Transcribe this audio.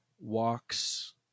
walks